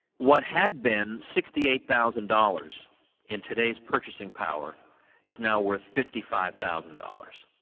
what had been sixty-eight thousand dollars in today's purchasing power is now worth fifty-five thousand dollars.